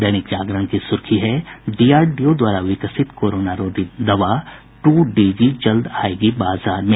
दैनिक जागरण की सुर्खी है डीआरडीओ द्वारा विकसित कोरोना रोधी दवा टू डीजी जल्द आयेगी बाजार में